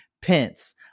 Pence